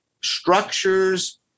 structures